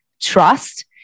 trust